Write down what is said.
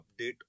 update